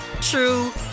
true